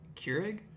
Keurig